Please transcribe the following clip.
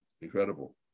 Incredible